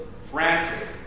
frantic